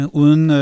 uden